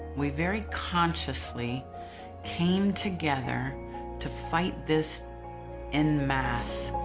we very consciously came together to fight this in mass.